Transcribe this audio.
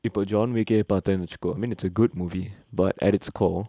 இப்ப:ippa jone V_K ah பாத்தனு வச்சிக்கோ:paathanu vachiko I mean it's a good movie but at it's call